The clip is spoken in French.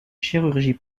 chirurgie